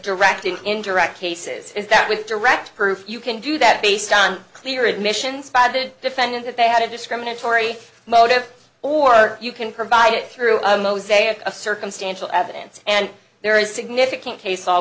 direct ink indirect cases is that with direct proof you can do that based on clear admissions five to defendant if they had a discriminatory motive or you can provide it through a mosaic of circumstantial evidence and there is a significant case all